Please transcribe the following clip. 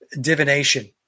divination